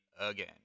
again